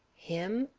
him?